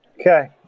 Okay